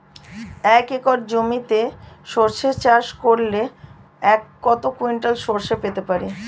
এক একর জমিতে সর্ষে চাষ করলে কত কুইন্টাল সরষে পেতে পারি?